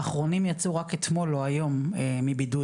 האחרונים יצאו רק אתמול או היום מבידוד,